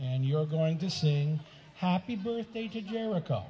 and you're going to sing happy birthday did you